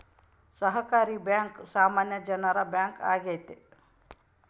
ಸಹಕಾರಿ ಬ್ಯಾಂಕ್ ಸಾಮಾನ್ಯ ಜನರ ಬ್ಯಾಂಕ್ ಆಗೈತೆ